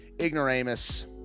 Ignoramus